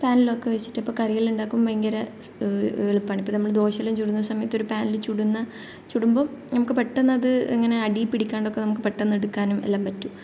പാനിലൊക്കെ വെച്ചിട്ട് ഇപ്പോൾ കറികൾ ഉണ്ടാക്കുമ്പോൾ ഭയങ്കര എളുപ്പമാണ് ഇപ്പോൾ നമ്മൾ ദോശയെല്ലാം ചൂടുന്ന സമയത്ത് ഒരു പാനിൽ ചുടുന്ന ചുടുമ്പോൾ നമുക്ക് പെട്ടെന്ന് അത് ഇങ്ങനെ അടിയിൽ പിടിക്കാണ്ടൊക്കെ നമുക്ക് പെട്ടെന്ന് എടുക്കാനും എല്ലാം പറ്റും